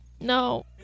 no